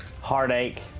Heartache